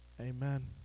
Amen